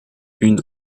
une